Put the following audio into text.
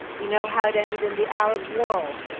we know how it ended in the arab world,